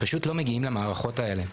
פשוט לא מגיעים למערכות האלה.